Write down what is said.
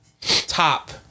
top